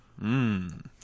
Mmm